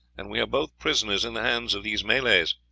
and we are both prisoners in the hands of these malays.